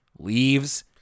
leaves